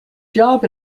job